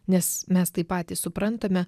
nes mes tai patys suprantame